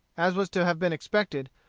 as was to have been expected,